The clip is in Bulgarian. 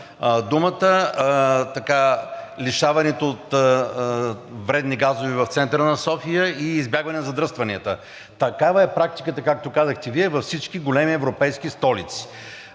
думата лишаването от вредни газове центъра на София и избягване на задръстванията. Такава е практиката, както казахте Вие, във всички големи европейски столици